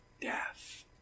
death